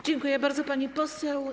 Dziękuję bardzo, pani poseł.